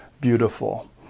beautiful